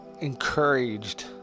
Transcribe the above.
Encouraged